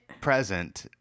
Present